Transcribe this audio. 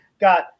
got